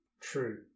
True